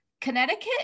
Connecticut